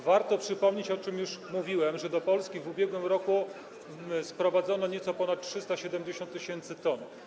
Warto przypomnieć, o czym już mówiłem, że do Polski w ubiegłym roku sprowadzono nieco ponad 370 tys. t.